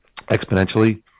exponentially